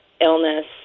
illness